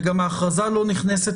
וגם ההכרזה לא נכנסת